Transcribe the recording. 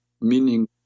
meaning